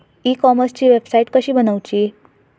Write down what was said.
E कॉमर्सची website कशी बनवची?